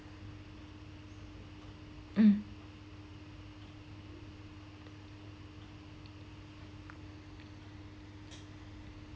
mm